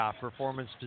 performance